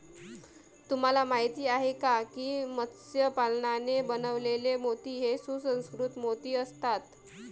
तुम्हाला माहिती आहे का की मत्स्य पालनाने बनवलेले मोती हे सुसंस्कृत मोती असतात